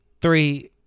Three